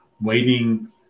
Waiting